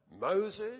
Moses